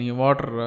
water